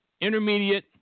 intermediate